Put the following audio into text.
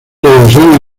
regresar